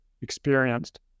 experienced